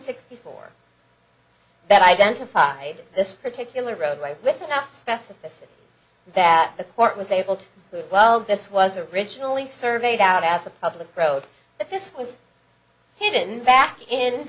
sixty four that identified this particular roadway with enough specificity that the court was able to prove well this was originally surveyed out as a public road but this was hidden back in